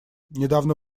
недавно